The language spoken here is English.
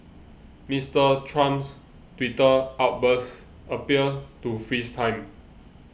Mister Trump's Twitter outbursts appear to freeze time